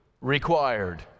Required